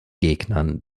gegnern